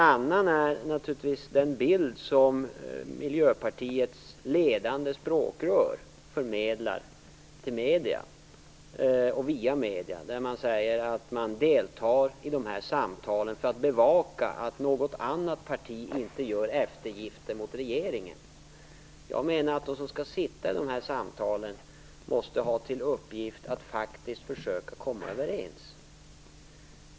Vidare gäller det den bild som Miljöpartiets ledande språkrör förmedlar till och via medierna. Man säger att man deltar i samtalen för att bevaka att något annat parti inte gör eftergifter mot regeringen. Jag menar att de som skall sitta med under de här samtalen måste ha i uppgift att faktiskt försöka komma överens.